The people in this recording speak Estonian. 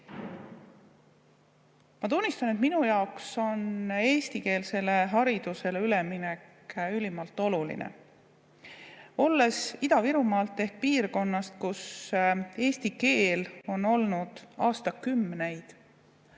tunnistan, et minu jaoks on eestikeelsele haridusele üleminek ülimalt oluline. Olen pärit Ida-Virumaalt ehk piirkonnast, kus eesti keel on olnud aastakümneid